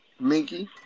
Minky